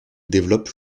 développe